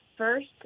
first